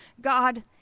God